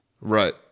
right